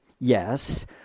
Yes